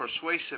persuasive